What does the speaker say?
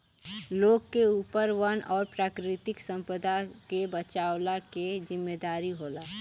लोग के ऊपर वन और प्राकृतिक संपदा के बचवला के जिम्मेदारी होला